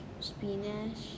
spinach